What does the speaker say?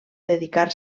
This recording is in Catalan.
dedicar